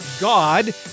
God